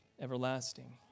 everlasting